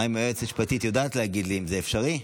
האם היועצת המשפטית יודעת להגיד לי אם זה אפשרי?